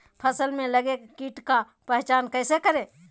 फ़सल में लगे किट का पहचान कैसे करे?